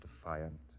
defiant